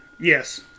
Yes